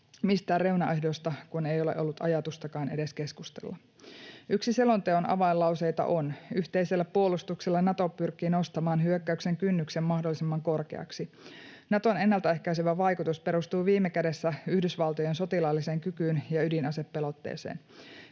mistään reunaehdoista kun ei ole ollut ajatustakaan edes keskustella. Yksi selonteon avainlauseita on: ”Yhteisellä puolustuksella Nato pyrkii nostamaan hyökkäyksen kynnyksen mahdollisimman korkeaksi. Naton ennaltaehkäisevä vaikutus perustuu viime kädessä Yhdysvaltojen sotilaalliseen kykyyn ja ydinasepelotteeseen.”